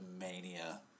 mania